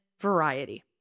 variety